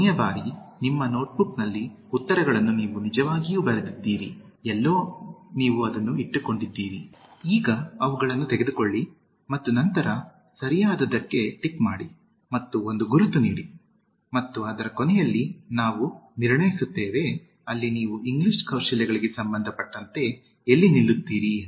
ಕೊನೆಯ ಬಾರಿ ನಿಮ್ಮ ನೋಟ್ಬುಕ್ನಲ್ಲಿ ಉತ್ತರಗಳನ್ನು ನೀವು ನಿಜವಾಗಿಯೂ ಬರೆದಿದ್ದೀರಿ ಎಲ್ಲೋ ನೀವು ಅದನ್ನು ಇಟ್ಟುಕೊಂಡಿದ್ದೀರಿ ಈಗ ಅವುಗಳನ್ನು ತೆಗೆದುಕೊಳ್ಳಿ ಮತ್ತು ನಂತರ ಸರಿಯಾದದಕ್ಕೆ ಟಿಕ್ ಮಾಡಿ ಮತ್ತು ಒಂದು ಗುರುತು ನೀಡಿ ಮತ್ತು ಅದರ ಕೊನೆಯಲ್ಲಿ ನಾವು ನಿರ್ಣಯಿಸುತ್ತೇವೆ ಅಲ್ಲಿ ನೀವು ಇಂಗ್ಲಿಷ್ ಕೌಶಲ್ಯಗಳಿಗೆ ಸಂಬಂಧಪಟ್ಟಂತೆ ಎಲ್ಲಿ ನಿಲ್ಲುತ್ತೀರಿ ಎಂದು